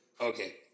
Okay